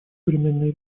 современные